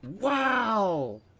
wow